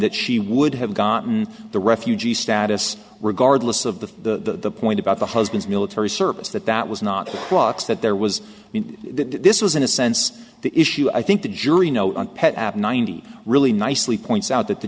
that she would have gotten the refugee status regardless of the point about the husband's military service that that was not the trucks that there was this was in a sense the issue i think the jury know and pet ad ninety really nicely points out that the